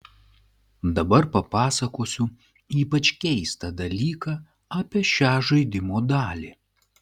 dabar papasakosiu ypač keistą dalyką apie šią žaidimo dalį